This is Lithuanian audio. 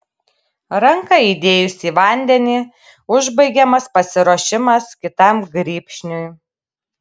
ranką įdėjus į vandenį užbaigiamas pasiruošimas kitam grybšniui